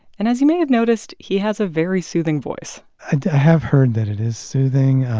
and as you may have noticed, he has a very soothing voice i have heard that it is soothing,